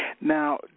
Now